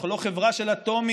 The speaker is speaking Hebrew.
אנחנו לא חברה של אטומים,